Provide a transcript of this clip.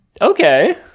Okay